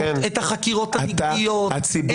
את גסות הרוח,